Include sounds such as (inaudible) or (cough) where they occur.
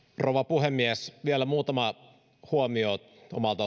rouva puhemies vielä muutama huomio omalta (unintelligible)